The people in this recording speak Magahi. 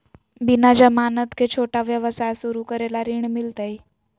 बिना जमानत के, छोटा व्यवसाय शुरू करे ला ऋण मिलतई?